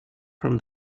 from